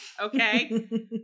okay